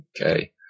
Okay